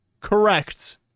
Correct